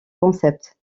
concept